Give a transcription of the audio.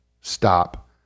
stop